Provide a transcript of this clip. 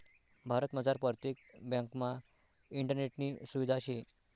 भारतमझार परतेक ब्यांकमा इंटरनेटनी सुविधा शे